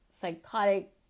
psychotic